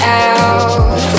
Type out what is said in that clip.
out